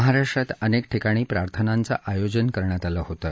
महाराष्ट्रात अनेक ठिकाणी प्रार्थनांचं आयोजन करण्यात आलं होतं